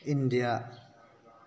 India